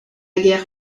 guerre